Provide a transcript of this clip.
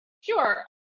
Sure